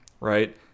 right